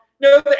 no